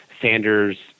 Sanders